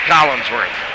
Collinsworth